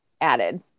added